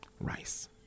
rice